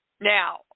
Now